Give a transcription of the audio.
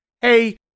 hey